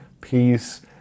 peace